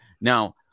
Now